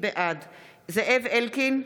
בעד זאב אלקין,